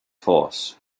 horse